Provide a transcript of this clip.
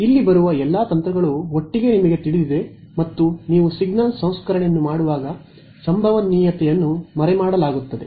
ಇಲ್ಲಿ ಬರುವ ಎಲ್ಲಾ ತಂತ್ರಗಳು ಒಟ್ಟಿಗೆ ನಿಮಗೆ ತಿಳಿದಿದೆ ಮತ್ತು ನೀವು ಸಿಗ್ನಲ್ ಸಂಸ್ಕರಣೆಯನ್ನು ಮಾಡುವಾಗ ಸಂಭವನೀಯತೆಯನ್ನು ಮರೆಮಾಡಲಾಗುತ್ತದೆ